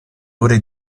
ore